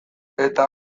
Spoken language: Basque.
eta